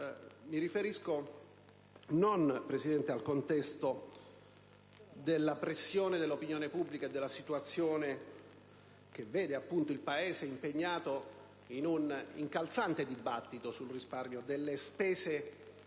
Presidente, non al contesto della pressione dell'opinione pubblica e della situazione che vede il Paese impegnato in un incalzante dibattito sul risparmio delle spese,